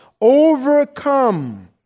overcome